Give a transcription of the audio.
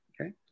Okay